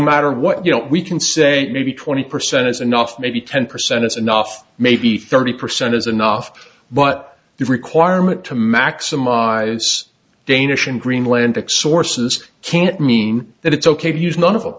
matter what you know we can say maybe twenty percent is enough maybe ten percent is enough maybe thirty percent is enough but the requirement to maximize danish and greenlandic sources can't mean that it's ok to use none of the